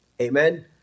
amen